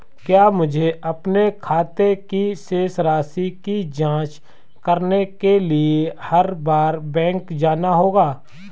क्या मुझे अपने खाते की शेष राशि की जांच करने के लिए हर बार बैंक जाना होगा?